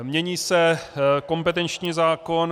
Mění se kompetenční zákon.